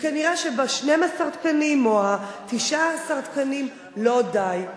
כנראה שב-12 תקנים או 19 תקנים לא די.